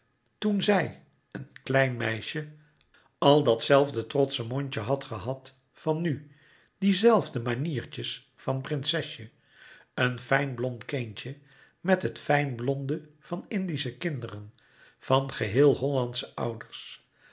toen zij een klein meisje al dat zelfde trotsche mondje had gehad van nu die zelfde maniertjes van prinsesje een fijn blond kindje met het fijn blonde van indische kinderen van geheel hollandsche ouders